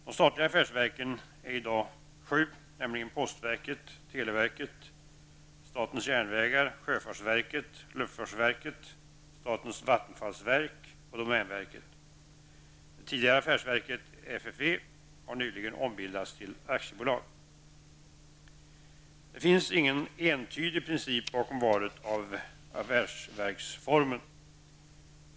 De statliga affärsverken är i dag sju, nämligen postverket, televerket, statens järnvägar, sjöfartsverket, luftfartsverket, statens vattenfallsverk och domänverket. Det tidigare affärsverket FFV har nyligen ombildats till aktiebolag. Det finns ingen entydig princip bakom valet av affärsverksformen.